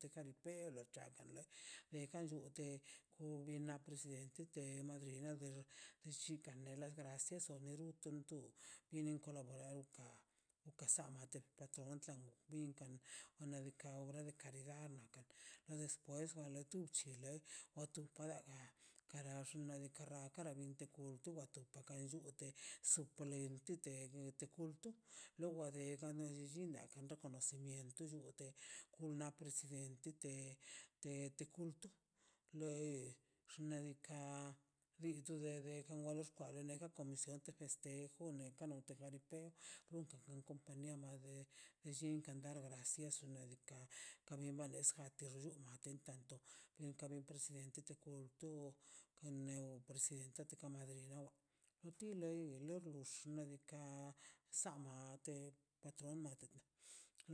Te jaripeo troagan ben gan llite un nelliati ked te te madrina del llikan de la gracias one ru tun tun inen kolaborado ka uka sama tet patron tlal bin kan onedikaꞌ obra de caridad na ka tan na despues tu chile o tu paraga kara xnaꞌ diikaꞌ kara bin tu kul tu gatu kan llute suplen ente te te kulto lowa de kani llinda reconocimiento llungute una presidente te te kulto luei xnaꞌ diikaꞌ lite be kongol xkwa beneꞌ ga comisión de festejo ne ka no tekel rrunkan ka nia na de llinkan dara da sil naꞌ shu nadika ka ben wejejas tik ten tato benkaꞌ benꞌ presidente kulto kaneo presidenta ka madrina wa an ti lei led bux xnaꞌ diikaꞌ saamate patron matete